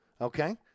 okay